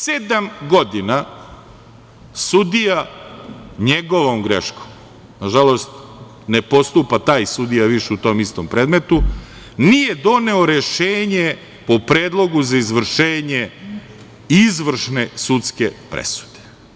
Sedam godina sudija, njegovom greškom, na žalost ne postupa taj sudija u tom istom predmetu, nije doneo rešenje o predlogu za izvršenje izvršne sudske presude.